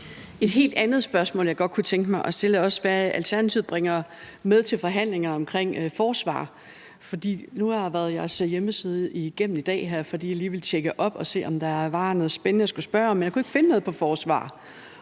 Et helt andet spørgsmål, jeg godt kunne tænke mig at stille, er, hvad Alternativet bringer med til forhandlingerne omkring forsvaret. Nu har jeg været jeres hjemmeside igennem i dag, fordi jeg lige vil tjekke op på det og se, om der var noget spændende, jeg skulle spørge om, men jeg kunne ikke finde noget om forsvaret.